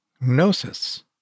gnosis